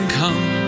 come